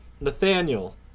Nathaniel